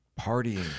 partying